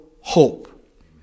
hope